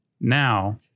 Now